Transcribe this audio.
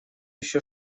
ещё